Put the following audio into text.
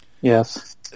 yes